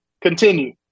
continue